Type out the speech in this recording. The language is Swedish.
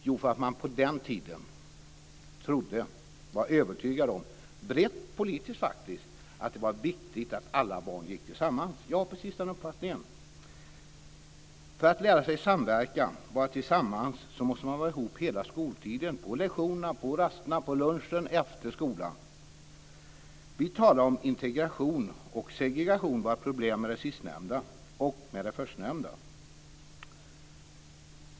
Jo, därför att man på den tiden var övertygad om - brett politiskt, faktiskt - att det var viktigt att alla barn gick tillsammans. Jag har precis den uppfattningen. För att lära sig samverka och vara tillsammans måste man vara ihop hela skoltiden - på lektionerna, på rasterna, på lunchen och efter skolan. Vi talar om integration och segregation och har problem med både det sistnämnda och det förstnämnda.